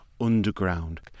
underground